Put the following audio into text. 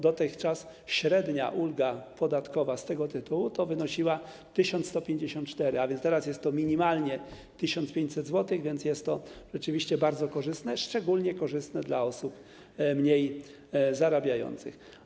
Dotychczas średnia ulga podatkowa z tego tytułu wynosiła 1154 zł, natomiast teraz to jest minimalnie 1500 zł, a więc jest to rzeczywiście bardzo korzystne, szczególne korzystne dla osób mniej zarabiających.